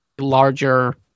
larger